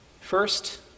First